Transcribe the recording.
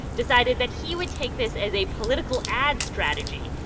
decided that he would take this as a political ad strategy.